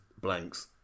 blanks